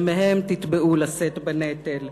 ומהם תתבעו לשאת בנטל.